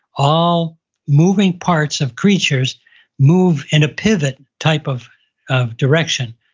all moving parts of creatures move in a pivot type of of direction,